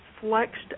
flexed